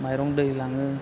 माइरं दै लाङो